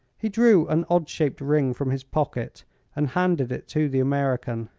he drew an odd-shaped ring from his pocket and handed it to the american.